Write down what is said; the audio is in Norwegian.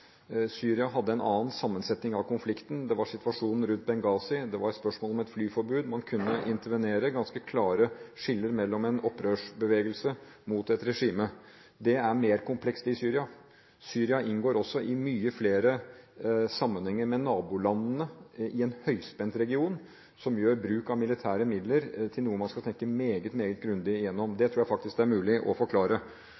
hadde en annen sammensetning av konflikten. Det var situasjonen rundt Benghazi, det var spørsmål om et flyforbud, og man kunne intervenere ganske klare skiller mellom en opprørsbevegelse og et regime. Det er mer komplekst i Syria. Syria inngår også i mange flere sammenhenger med nabolandene i en høyspentregion, som gjør bruk av militære midler til noe man skal tenke meget grundig igjennom. Det